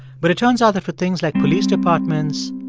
but it turns out that for things like police departments,